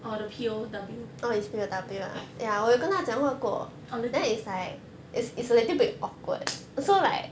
orh the P_O_W orh then